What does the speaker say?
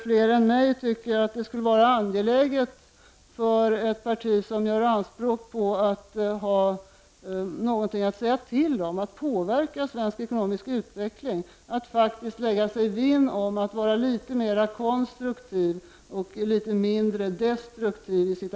Fler än jag tycker att det skulle vara angeläget för ett parti som gör anspråk på att påverka svensk ekonomisk utveckling att lägga sig vinn om att agera litet mera konstruktivt och litet mindre destruktivt.